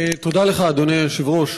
תודה לך, אדוני היושב-ראש.